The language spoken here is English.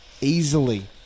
Easily